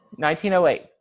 1908